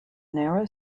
narrow